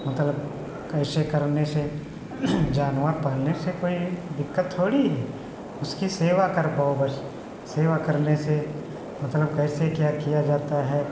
मतलब कैसे करने से जानवर पालने से कोई दिक्कत थोड़ी है उसकी सेवा कर पाओ बस सेवा करने से मतलब कैसे क्या किया जाता है